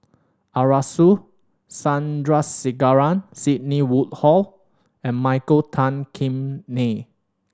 Arasu Sandrasegaran Sidney Woodhull and Michael Tan Kim Nei